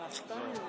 את רוצה לענות לי?